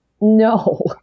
No